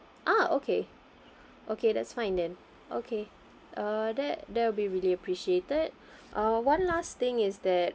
ah okay okay that's fine then okay uh that that would be really appreciated uh one last thing is that